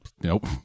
Nope